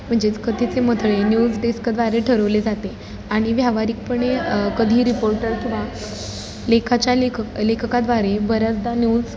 म्हणजेच कधीचे मथळे न्यूज डेस्कद्वारे ठरवले जाते आणि व्यावहारीकपणे कधी रिपोर्टर किंवा लेखाच्या लेखक लेखकाद्वारे बऱ्याचदा न्यूज